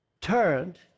turned